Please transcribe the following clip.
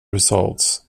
results